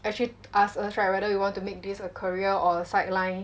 actually ask us right whether we want to make this a career or a sideline